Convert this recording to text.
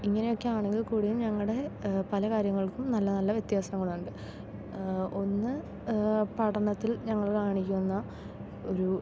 ഇങ്ങനെയൊക്കെ ആണെങ്കിൽ കൂടിയും ഞങ്ങളുടെ പല കാര്യങ്ങൾക്കും നല്ല നല്ല വ്യത്യാസങ്ങളുണ്ട് ഒന്ന് പഠനത്തിൽ ഞങ്ങൾ കാണിക്കുന്ന ഒരു